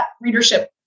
readership